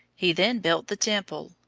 he then built the temple,